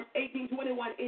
1821